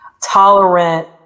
tolerant